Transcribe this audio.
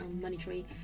monetary